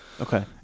Okay